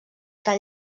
tan